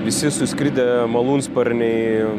visi suskridę malūnsparniai